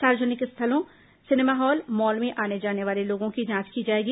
सार्वजनिक स्थलों cinema hall mall में आने जाने वाले लोगों की जांच की जाएगी